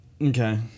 Okay